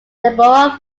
deborah